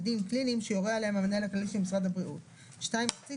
קליניים שיורה עליהם המנהל הכללי של משרד הבריאות; (2)מחצית